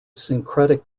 syncretic